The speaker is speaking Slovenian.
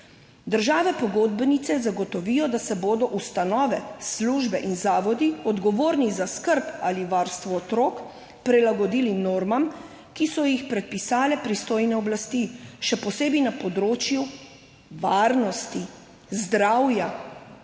»Države pogodbenice zagotovijo, da se bodo ustanove, službe in zavodi, odgovorni za skrb ali varstvo otrok, prilagodili normam, ki so jih predpisale pristojne oblasti, še posebej na področju varnosti, zdravja